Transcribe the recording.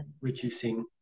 reducing